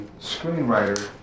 screenwriter